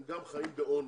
הם גם חיים בעוני